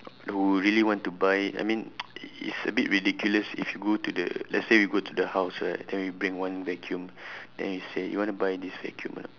who really want to buy I mean it's a bit ridiculous if you go to the let's say you go to the house right then we bring one vacuum then you say you want to buy this vacuum or not